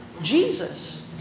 Jesus